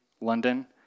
London